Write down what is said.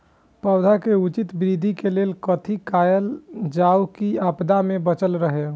पौधा के उचित वृद्धि के लेल कथि कायल जाओ की आपदा में बचल रहे?